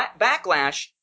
backlash